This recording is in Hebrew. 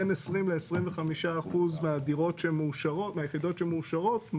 בין 20-25% מהדירות שהן מאושרות,